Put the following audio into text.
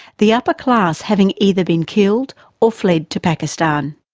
the upper class having either been killed or fled to pakistan.